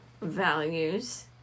values